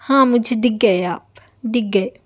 ہاں مجھے دکھ گئے آپ دکھ گئے